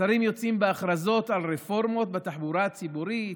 השרים יוצאים בהכרזות על רפורמות בתחבורה הציבורית,